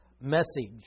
message